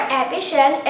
ambition